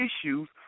issues